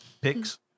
picks